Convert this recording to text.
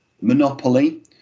Monopoly